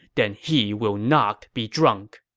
then he will not be drunk.